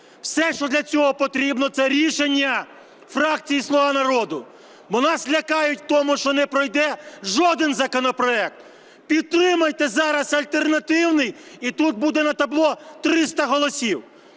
Все, що для цього потрібно, - це рішення фракції "Слуга народу". Бо нас лякають в тому, що не пройде жоден законопроект. Підтримайте зараз альтернативний - і тут буде на табло 300 голосів.